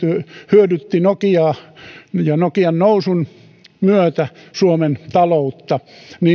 hyödytti nokiaa ja nokian nousun myötä suomen taloutta